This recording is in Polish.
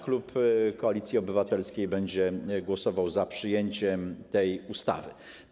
Klub Koalicji Obywatelskiej będzie głosował za przyjęciem tej ustawy.